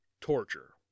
torture